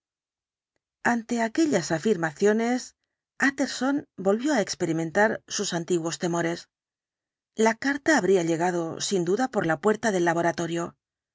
ante aquellas afirmaciones utterson volvió á experimentar sus antiguos temores la carta habría llegado sin duda por la puerta del laboratorio